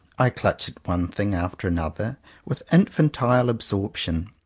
i clutch at one thing after another with infantile absorption.